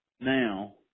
Now